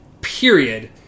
period